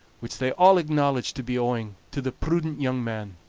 which they all acknowledged to be owing to the prudent young man.